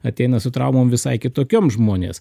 ateina su traumom visai kitokiom žmonės